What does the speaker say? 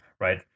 right